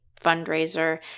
fundraiser